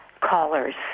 callers